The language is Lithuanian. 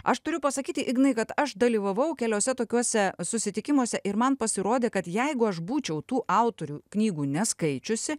aš turiu pasakyti ignai kad aš dalyvavau keliose tokiuose susitikimuose ir man pasirodė kad jeigu aš būčiau tų autorių knygų neskaičiusi